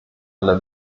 alle